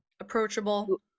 approachable